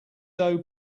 doe